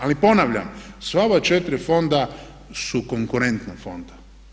Ali ponavljam, sva ova četiri fonda su konkurentna fonda.